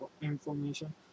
information